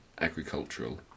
agricultural